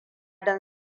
don